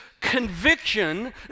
conviction